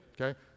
okay